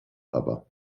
aber